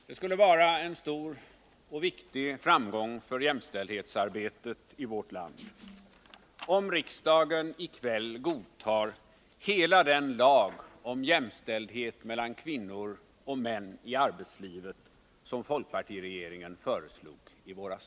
Det skulle vara en stor och viktig framgång för jämställdhetsarbetet i vårt land, om riksdagen i kväll godtar hela den lag om jämställdhet mellan kvinnor och män i arbetslivet som folkpartiregeringen föreslog i våras.